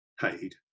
paid